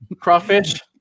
crawfish